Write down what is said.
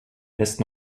lässt